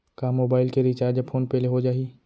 का मोबाइल के recharge PhonePe ले हो जाही?